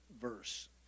verse